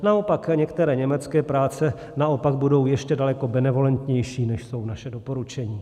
Naopak některé německé práce naopak budou ještě daleko benevolentnější, než jsou naše doporučení.